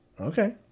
Okay